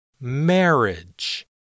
Marriage